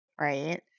right